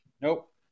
Nope